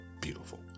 beautiful